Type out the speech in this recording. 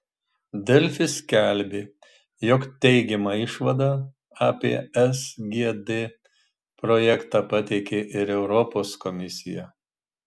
delfi skelbė jog teigiamą išvadą apie sgd projektą pateikė ir europos komisija